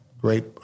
Great